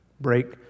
break